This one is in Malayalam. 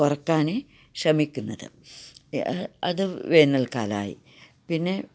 കുറയ്ക്കാന് ക്ഷമിക്കുന്നത് അത് വേനൽക്കാലായി പിന്നെ